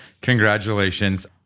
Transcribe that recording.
Congratulations